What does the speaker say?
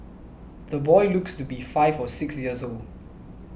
the boy looks to be five or six years old